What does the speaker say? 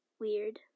Weird